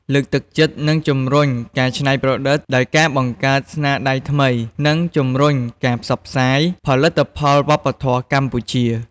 លើកទឹកចិត្ត និងជំរុញការច្នៃប្រឌិត ដោយការបង្កើតស្នាដៃថ្មី និងជំរុញការផ្សព្វផ្សាយផលិតផលវប្បធម៌កម្ពុជា។